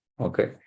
Okay